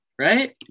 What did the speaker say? right